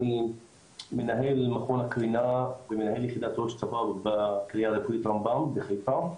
אני מנהל מכון הקרינה ומנהל יחידת ראש צוואר בקריה הרפואית רמב"ם בחיפה.